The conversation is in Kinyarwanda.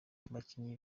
abakinnyi